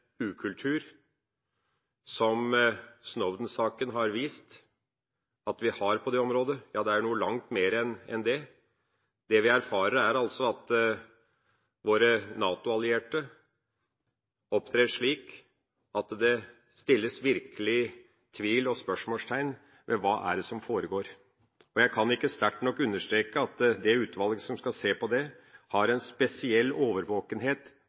ukultur som Snowden-saken har vist at vi har på det området – ja, det er noe langt mer enn det. Det vi erfarer, er at våre NATO-allierte opptrer slik at man virkelig kan stille spørsmålstegn ved hva som foregår. Jeg kan ikke sterkt nok understreke at det utvalget som skal se på det,